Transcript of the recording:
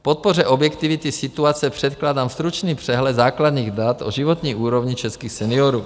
K podpoře objektivity situace předkládám stručný přehled základních dat o životní úrovni českých seniorů.